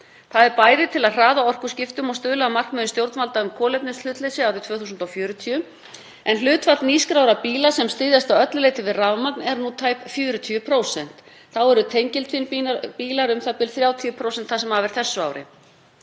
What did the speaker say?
Það er bæði til að hraða orkuskiptum og stuðla að markmiðum stjórnvalda um kolefnishlutleysi árið 2040, en hlutfall nýskráðra bíla sem styðjast að öllu leyti við rafmagn er nú tæp 40%, þá eru tengiltvinnbílar um 30% það sem af er þessu ári.